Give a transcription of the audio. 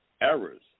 errors